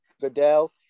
Goodell